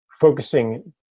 focusing